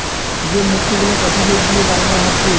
যে মুক্ত গুলা চাষীদের দিয়ে বানানা হচ্ছে